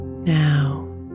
Now